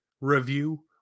review